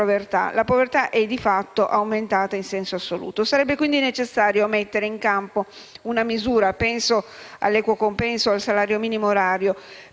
La povertà è, di fatto, aumentata in senso assoluto. Sarebbe quindi necessario mettere in campo una misura - penso all'equo compenso o al salario minimo orario